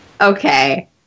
Okay